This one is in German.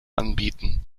anbieten